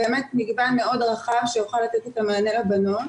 באמת מגוון מאוד רחב שיכול לתת את המענה לבנות.